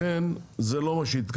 לכן, זה לא מה שהתכוונו.